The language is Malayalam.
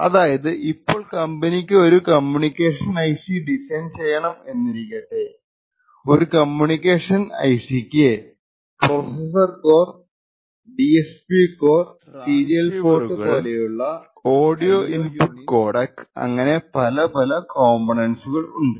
അതായതു ഇപ്പോൾ കമ്പനിക്ക് ഒരു കമ്മ്യൂണിക്കേഷൻ ഐസി ഡിസൈൻ ചെയ്യണം എന്നിരിക്കട്ടെ ഒരു കമ്മ്യൂണിക്കേഷൻ ഐസിക്ക് processor core DSP core serial port പോലെയുള്ള ഐ ഒ യൂണിറ്സ് ട്രാൻസ്സിവേറുകൾ ഓഡിയോ ഇന്പുട് കോഡെക് അങ്ങനെ പല പല കംപോണേന്റ്സുകൾ ഉണ്ട്